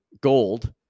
gold